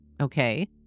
okay